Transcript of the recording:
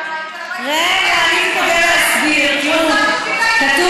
למה לעשות